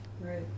Right